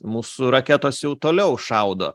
mūsų raketos jau toliau šaudo